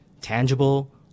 Tangible